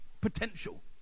potential